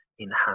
enhance